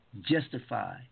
justify